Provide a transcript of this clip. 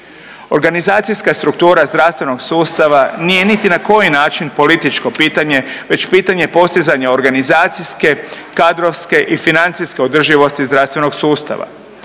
Organizacijska struktura zdravstvenog sustava nije niti na koji način političko pitanje već pitanje postizanja organizacijske, kadrovske i financijske održivosti zdravstvenog sustava.